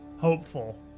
hopeful